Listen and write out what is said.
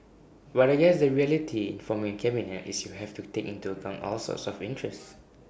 what I guess the reality in forming A cabinet is you have to take into account all sorts of interests